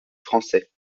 français